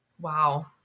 Wow